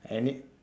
I need